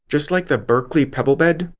just like the berkeley pebble bed,